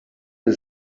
and